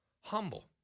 Humble